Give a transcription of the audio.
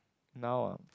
now ah